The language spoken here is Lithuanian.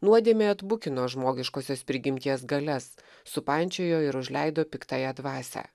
nuodėmė atbukino žmogiškosios prigimties galias supančiojo ir užleido piktąją dvasią